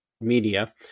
Media